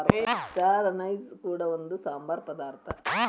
star anise ಕೂಡ ಒಂದು ಸಾಂಬಾರ ಪದಾರ್ಥ